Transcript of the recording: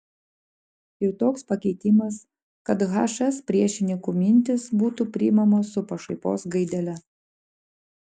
ir toks pakeitimas kad hs priešininkų mintys būtų priimamos su pašaipos gaidele